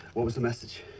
what was message?